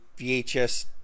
vhs